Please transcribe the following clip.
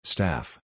Staff